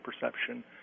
perception